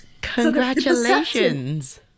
congratulations